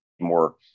more